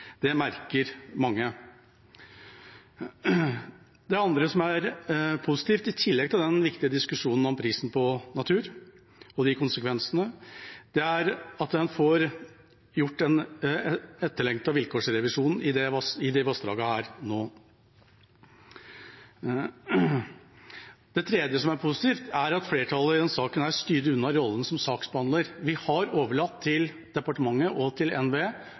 det merker mange. Det andre som er positivt, i tillegg til den viktige diskusjonen om prisen på natur og de konsekvensene, er at man får gjort en etterlengtet vilkårsrevisjon i dette vassdraget nå. Det tredje som er positivt, er at flertallet i denne saken styrer unna rollen som saksbehandler. Vi har overlatt saksbehandling til departementet og NVE.